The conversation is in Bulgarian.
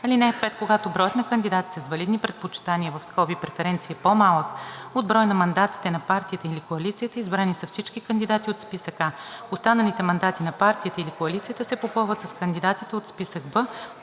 листа. (5) Когато броят на кандидатите с валидни предпочитания (преференции) е по-малък от броя на мандатите на партията или коалицията, избрани са всички кандидати от списък А. Останалите мандати на партията или коалицията се попълват с кандидатите от списък Б